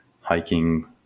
hiking